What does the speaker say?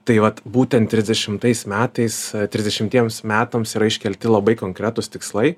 tai vat būtent trisdešimtais metais trisdešimtiems metams yra iškelti labai konkretūs tikslai